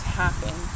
happen